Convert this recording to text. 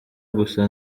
gusa